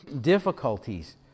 difficulties